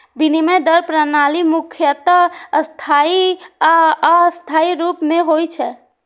विनिमय दर प्रणाली मुख्यतः स्थायी आ अस्थायी रूप मे होइ छै